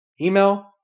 email